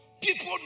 People